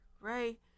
right